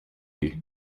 you